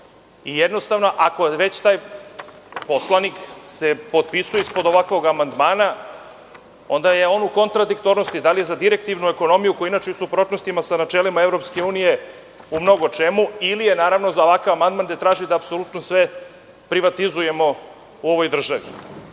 Jednostavno, ako se već taj poslanik potpisuje ispod ovakvog amandmana, onda je on u kontradiktornosti - da li je za direktivnu ekonomiju koja je inače u suprotnosti sa načelima EU u mnogo čemu, ili je za ovakav amandman gde traži da apsolutno sve privatizujemo u ovoj